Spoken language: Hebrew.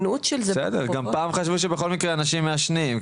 פעם גם חשבו שבכל מקרה אנשים מעשנים,